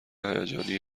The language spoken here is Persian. هیجانی